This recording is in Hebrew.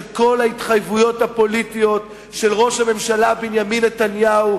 של כל ההתחייבויות הפוליטיות של ראש הממשלה בנימין נתניהו,